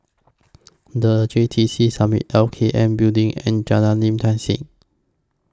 The J T C Summit L K N Building and Jalan Lim Tai See